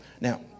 now